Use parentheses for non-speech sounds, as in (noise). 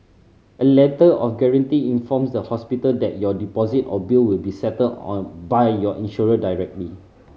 a Letter of Guarantee informs the hospital that your deposit or bill will be settled (unintelligible) by your insurer directly